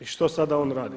I što sada on radi?